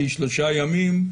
כי שלושה ימים,